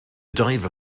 diver